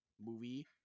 movie